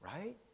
right